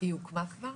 היא הוקמה כבר?